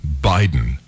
Biden